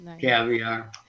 caviar